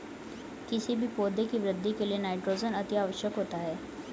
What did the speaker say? किसी भी पौधे की वृद्धि के लिए नाइट्रोजन अति आवश्यक होता है